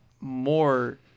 more